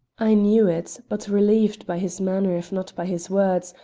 i knew it, but, relieved by his manner if not by his words,